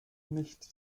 nicht